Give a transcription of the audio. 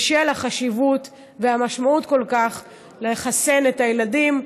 בשל החשיבות והמשמעות של לחסן את הילדים.